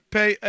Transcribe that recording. pay